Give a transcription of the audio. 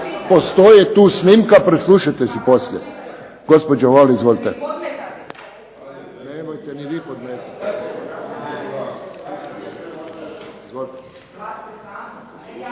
Postoji tu snimka, preslušajte si poslije. Gospođo Holy, izvolite.